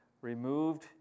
removed